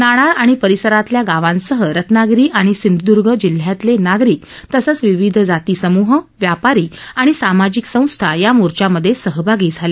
नाणार आणि परिसरातल्या गावांसह रत्नागिरी आणि सिंधुद्र्ग जिल्ह्यातले नागरिक तसंच विविध जाती समूह व्यापारी आणि सामाजिक संस्था त्यामध्ये सहभागी झाल्या